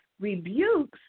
rebukes